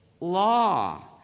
law